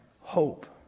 hope